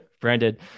branded